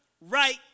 right